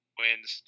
wins